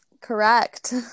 Correct